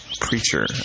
preacher